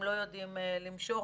הן לא יודעות למשוך.